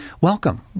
welcome